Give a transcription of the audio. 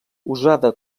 usada